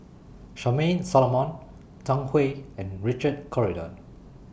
Charmaine Solomon Zhang Hui and Richard Corridon